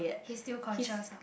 he's still conscious ah